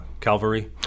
Calvary